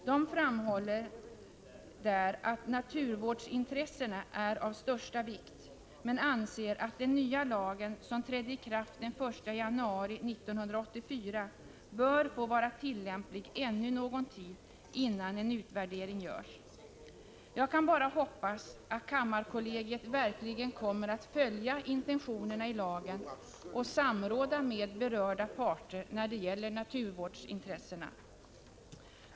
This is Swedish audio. De framhåller där att naturvårdsintressena är av största vikt men anser att den nya lagen, som trädde i kraft den 1 januari 1984, bör få vara tillämplig ännu någon tid innan en utvärdering görs. Jag kan bara hoppas att kammarkollegiet verkligen kommer att följa intentionerna i lagen och samråda med berörda parter när det gäller naturvårdsintressena.